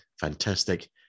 fantastic